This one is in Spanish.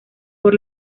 por